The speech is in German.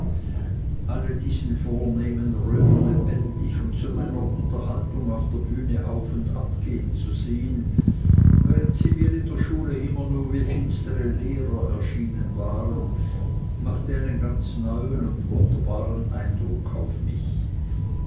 alle diese vornehmen römer lebendig und zu meiner unterhaltung auf der bühne auf und abgehen zu sehen während sie mir in der schule immer nur wie finstere lehrer erschienen waren machte einen ganz neuen und wunderbaren eindruck auf mich